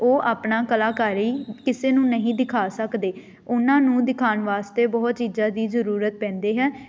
ਉਹ ਆਪਣਾ ਕਲਾਕਾਰੀ ਕਿਸੇ ਨੂੰ ਨਹੀਂ ਦਿਖਾ ਸਕਦੇ ਉਹਨਾਂ ਨੂੰ ਦਿਖਾਉਣ ਵਾਸਤੇ ਬਹੁਤ ਚੀਜ਼ਾਂ ਦੀ ਜ਼ਰੂਰਤ ਪੈਂਦੀ ਹੈ